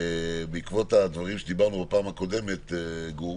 בעקבות הדברים שדיברנו בפעם הקודמת, גור,